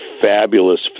fabulous